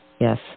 Yes